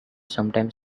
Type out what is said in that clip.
sometime